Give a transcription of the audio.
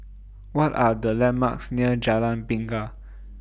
What Are The landmarks near Jalan Bingka